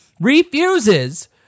refuses